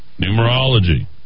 Numerology